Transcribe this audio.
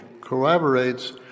corroborates